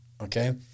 Okay